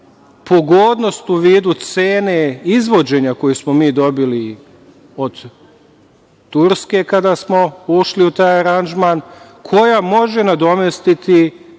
pogodnost u vidu cene izvođenja koju smo mi dobili od Turske kada smo ušli u taj aranžman, koja može nadomestiti